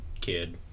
kid